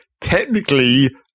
technically